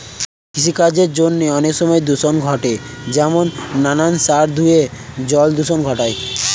কৃষিকার্যের জন্য অনেক সময় দূষণ ঘটে যেমন নানান সার ধুয়ে জল দূষণ ঘটায়